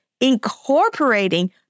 incorporating